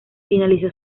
finalizó